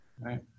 right